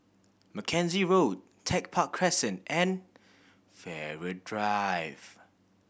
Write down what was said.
Mackenzie Road Tech Park Crescent and Farrer Drive